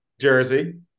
Jersey